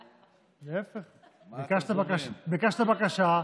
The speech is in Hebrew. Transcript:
להפך, ביקשת בקשה.